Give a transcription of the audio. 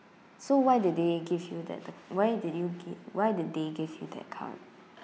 so why did they give you that th~ why did you gi~ why did they give you that card